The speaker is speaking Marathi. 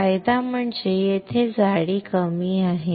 फायदा म्हणजे येथे जाडी कमी बरोबर आहे